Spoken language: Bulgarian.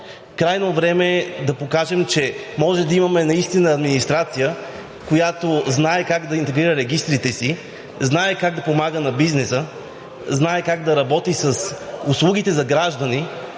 Крайно време е да покажем, че може да имаме наистина администрация, която знае как да интегрира регистрите си, знае как да помага на бизнеса, знае как да работи с услугите за граждани,